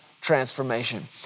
transformation